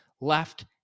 left